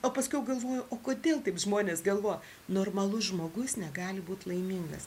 o paskiau galvoju o kodėl taip žmonės galvoja normalus žmogus negali būt laimingas